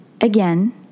again